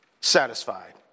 satisfied